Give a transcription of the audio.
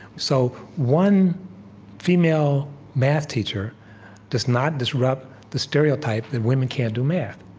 so, one female math teacher does not disrupt the stereotype that women can't do math.